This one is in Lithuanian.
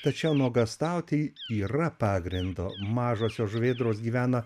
tačiau nuogąstauti yra pagrindo mažosios žuvėdros gyvena